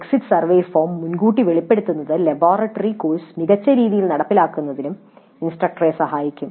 exit survey form മുൻകൂട്ടി വെളിപ്പെടുത്തുന്നത് laboratory course മികച്ച രീതിയിൽ നടപ്പിലാക്കുന്നതിന് ഇൻസ്ട്രക്ടറെ സഹായിക്കും